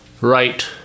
Right